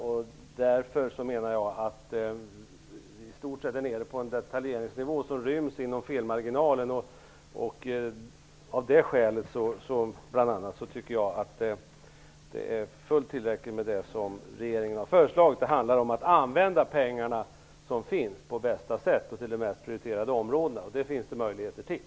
Vi är då nere på detaljnivå; det är ett belopp som ryms inom felmarginalen. Bl.a. av det skälet tycker jag att det är fullt tillräckligt med det som regeringen har föreslagit. Det handlar om att använda de pengar som finns på det bästa sättet och till de mest prioriterade områdena, och det finns det möjligheter till.